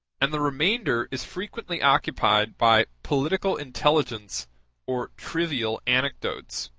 and the remainder is frequently occupied by political intelligence or trivial anecdotes